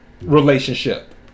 Relationship